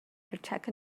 protect